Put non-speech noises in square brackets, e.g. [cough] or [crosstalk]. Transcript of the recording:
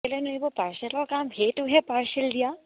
[unintelligible] কাম সেইটোহে পাৰ্চেল দিয়া